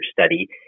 study